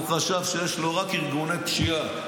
הוא חשב שיש לו רק ארגוני פשיעה,